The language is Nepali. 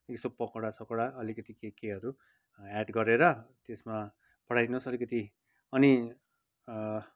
यसो पकोडा सकोडा अलिकति के केहरू एड गरेर त्यसमा पठाई दिनुहोस् अलिकति अनि